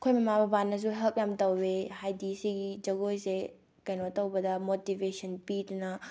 ꯑꯩꯈꯣꯏ ꯃꯃꯥ ꯕꯕꯥꯅꯁꯨ ꯍꯦꯜꯞ ꯌꯥꯝꯅ ꯇꯧꯑꯦ ꯍꯥꯏꯗꯤ ꯁꯤꯒꯤ ꯖꯒꯣꯏꯁꯦ ꯀꯩꯅꯣ ꯇꯧꯕꯗ ꯃꯣꯇꯤꯚꯦꯁꯟ ꯄꯤꯗꯅ